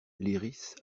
lyrisse